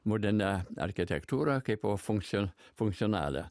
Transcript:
modernią architektūrą kaipo funkcio funkcionalią